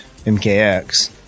MKX